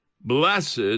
Blessed